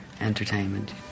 entertainment